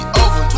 over